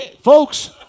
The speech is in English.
Folks